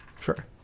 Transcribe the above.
Sure